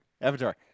Avatar